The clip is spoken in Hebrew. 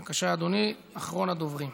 בבקשה, אדוני, אחרון הדוברים.